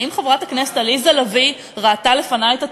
האם חברת הכנסת עליזה לביא ראתה לפני את התקציב?